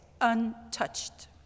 untouched